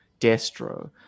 Destro